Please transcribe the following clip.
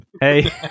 Hey